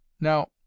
now